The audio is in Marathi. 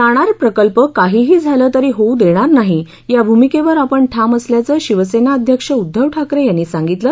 नाणार प्रकल्प काहीही झालं तरी होऊ देणार नाही या भूमिकेवर आपण ठाम असल्याचं शिवसेना अध्यक्ष उद्दव ठाकरे यांनी सांगितलं